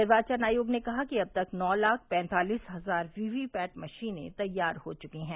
निर्वाचन आयोग ने कहा कि अब तक नौ लाख पैंतालिस हजार वीवीपैट मशीनें तैयार हो चुकी हैं